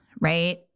right